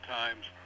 Times